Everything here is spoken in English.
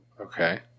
okay